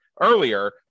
earlier